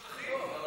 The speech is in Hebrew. זהו?